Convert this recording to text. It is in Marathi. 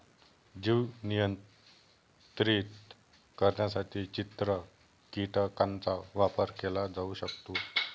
जीव नियंत्रित करण्यासाठी चित्र कीटकांचा वापर केला जाऊ शकतो